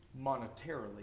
Monetarily